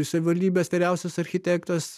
savivaldybės vyriausias architektas